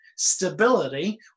stability